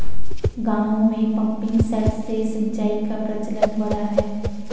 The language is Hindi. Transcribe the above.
गाँवों में पम्पिंग सेट से सिंचाई का प्रचलन बढ़ा है